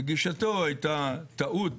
גישתו הייתה שטעות